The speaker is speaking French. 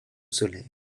solaires